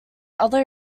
other